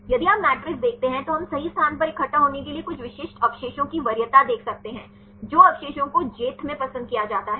यदि आप मैट्रिक्स देखते हैं तो हम सही स्थान पर इकट्ठा होने के लिए कुछ विशिष्ट अवशेषों की वरीयता देख सकते हैं जो अवशेषों को jth में पसंद किया जाता है